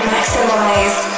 Maximize